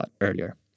earlier